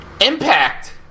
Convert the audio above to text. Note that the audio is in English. Impact